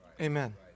Amen